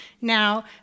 Now